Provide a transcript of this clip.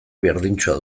berdintsua